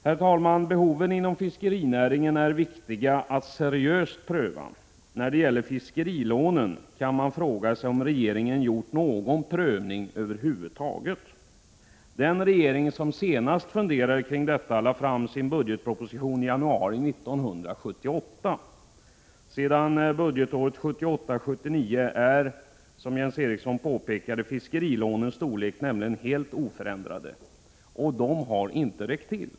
Herr talman! Det är viktigt att seriöst pröva behoven inom fiskenäringen. När det gäller fiskerilånen kan man fråga sig om regeringen gjort någon prövning över huvud taget. Den regering som senast funderade kring dessa lån lade fram sin budgetproposition i januari 1978. Sedan budgetåret 1978/79 är nämligen, som Jens Eriksson påpekade, fiskerilånens storlek helt oförändrad, och lånen har inte räckt till. Bl.